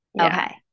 Okay